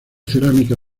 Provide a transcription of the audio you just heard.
cerámica